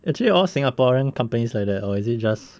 actually all singaporean companies like that or is it just